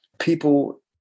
people